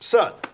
son.